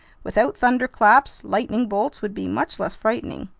without thunderclaps, lightning bolts would be much less frightening,